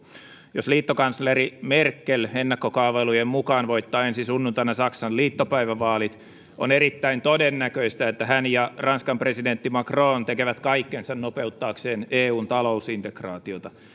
jos liittokansleri merkel ennakkokaavailujen mukaan voittaa ensi sunnuntaina saksan liittopäivävaalit on erittäin todennäköistä että hän ja ranskan presidentti macron tekevät kaikkensa nopeuttaakseen eun talousintegraatiota